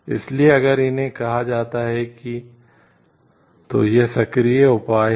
इसलिए अगर इन्हें कहा जाता है तो ये सक्रिय उपाय हैं